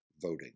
voting